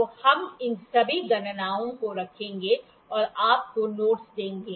तो हम इन सभी गणनाओं को रखेंगे और आपको नोट्स देंगे